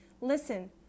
Listen